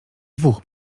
dwóch